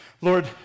Lord